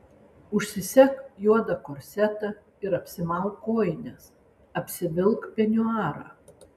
užsisek juodą korsetą ir apsimauk kojines apsivilk peniuarą